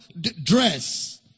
dress